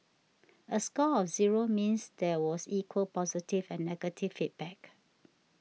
a score of zero means there was equal positive and negative feedback